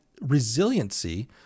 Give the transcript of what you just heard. resiliency